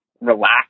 relax